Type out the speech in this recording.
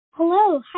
Hello